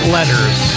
Letters